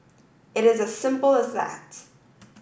it is as simple as that